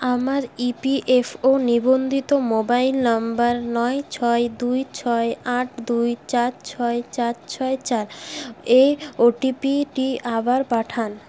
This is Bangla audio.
আমার ই পি এফ ও নিবন্ধিত মোবাইল নাম্বার নয় ছয় দুই ছয় আট দুই চার ছয় চার ছয় চার এ ও টি পি টি আবার পাঠান